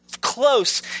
close